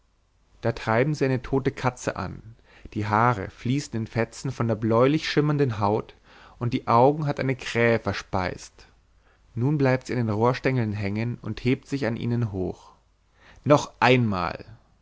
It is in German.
da treiben sie eine tote katze an die haare fließen in fetzen von der bläulich schimmernden haut und die augen hat eine krähe verspeist nun bleibt sie an den rohrstengeln hängen und hebt sich an ihnen hoch noch einmal